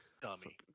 Dummy